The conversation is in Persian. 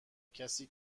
کسی